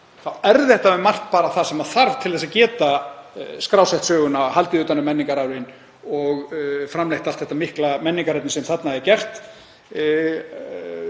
þá er þetta um margt bara það sem þarf til þess að geta skrásett söguna, haldið utan um menningararfinn og framleitt allt það mikla menningarefni sem þarna er